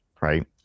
Right